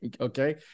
Okay